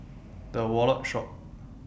The Wallet Shop